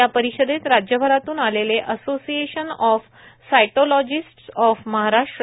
या परिषदेत राज्यभरातून आलेले association of cytologists of Maharashtra A